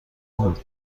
بود